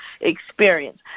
experience